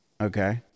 Okay